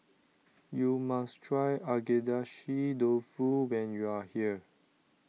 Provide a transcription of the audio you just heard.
you must try Agedashi Dofu when you are here